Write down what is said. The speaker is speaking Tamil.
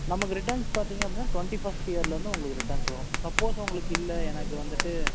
நமக்கு ரிட்டர்ன்ஸ் பார்த்தீங்க அப்படின்னா டுவென்ட்டி ஃபர்ஸ்ட் இயர்லந்து உங்களுக்கு ரிட்டர்ன்ஸ் வரும் சப்போஸ் உங்களுக்கு இல்லை எனக்கு வந்துவிட்டு